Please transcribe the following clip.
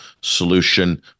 solution